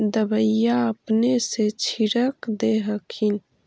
दबइया अपने से छीरक दे हखिन?